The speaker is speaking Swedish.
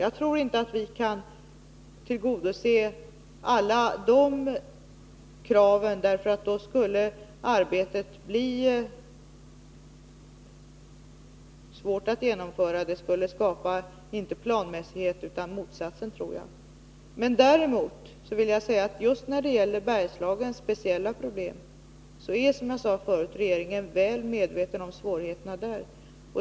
Jag tror inte att vi kan tillgodose alla dessa krav, därför att då skulle arbetet bli svårt att genomföra. Det skulle nog skapa inte planmässighet utan motsatsen. Däremot vill jag säga att just när det gäller Bergslagens speciella problem är regeringen, som jag sade förut, väl medveten om svårigheterna.